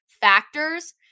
factors